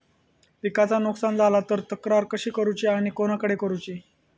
पिकाचा नुकसान झाला तर तक्रार कशी करूची आणि कोणाकडे करुची?